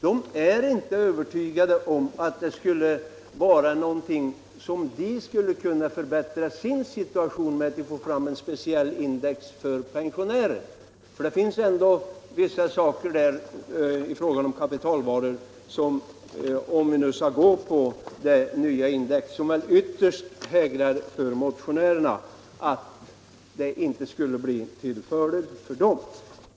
De är inte övertygade om att det skulle vara någonting som skulle förbättra deras situation om man fick fram ett speciellt index för pensionärer. Det finns ändå vissa saker i fråga om kapitalvaror som visar — om vi nu skall gå på det nya indexet — att det inte skulle bli till fördel för pensionärerna.